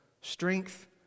Strength